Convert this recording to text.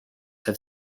have